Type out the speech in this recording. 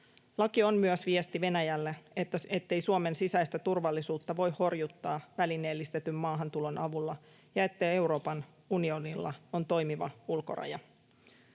Laki on myös viesti Venäjälle, ettei Suomen sisäistä turvallisuutta voi horjuttaa välineellistetyn maahantulon avulla ja että Euroopan unionilla on toimiva ulkoraja.